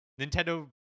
nintendo